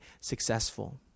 successful